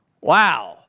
Wow